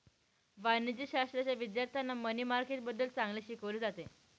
वाणिज्यशाश्राच्या विद्यार्थ्यांना मनी मार्केटबद्दल चांगले शिकवले जाते